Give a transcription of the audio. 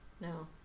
No